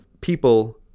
people